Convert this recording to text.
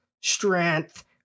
strength